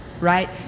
right